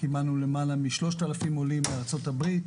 קיבלנו למעלה מ-3,000 עולים מארצות הברית,